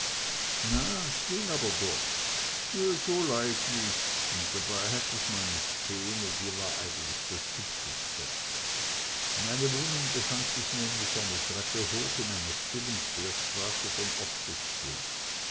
na s ging aber doch so leidlich und dabei hatt ich mal ne szene die war eigentlich das hübscheste meine wohnung befand sich nämlich eine treppe hoch in einer kleinen stillen querstraße von